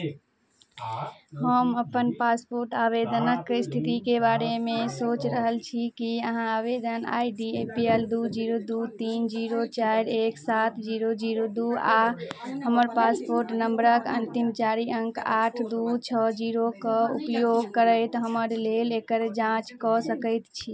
हम अपन पासपोर्ट आवेदनक स्थितिके बारेमे सोचि रहल छी की अहाँ आवेदन I D A P L दू जीरो दू तीन जीरो चारि एक सात जीरो जीरो दू आ हमर पासपोर्ट नम्बरक अन्तिम चारि अङ्क आठ दू छओ जीरोके उपयोग करैत हमर लेल एकर जाँच कऽ सकैत छी